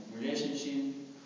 relationship